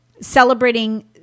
celebrating